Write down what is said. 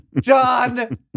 John